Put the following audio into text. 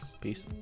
Peace